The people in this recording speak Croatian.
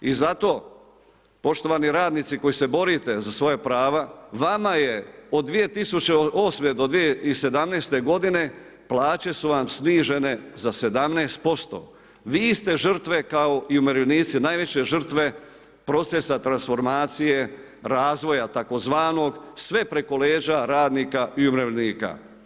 I zato poštovani radnici koji se borite za svoja prava, vama je od 2008. do 2017. godine plaće su vam snižene za 17%, vi ste žrtve kao i umirovljenici, najveće žrtve procesa transformacije razvoja tzv. sve preko leđa radnika i umirovljenika.